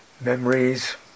memories